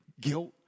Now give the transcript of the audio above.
guilt